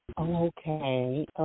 Okay